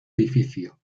edificio